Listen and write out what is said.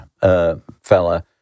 fella